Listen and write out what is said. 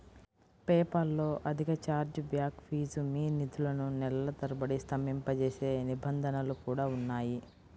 PayPal లో అధిక chargeback fee, మీ నిధులను నెలల తరబడి స్తంభింపజేసే నిబంధనలు కూడా ఉన్నాయి